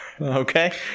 Okay